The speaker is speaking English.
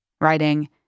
writing